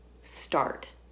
start